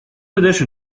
addition